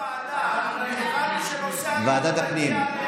ועדת הפנים.